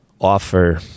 offer